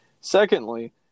Secondly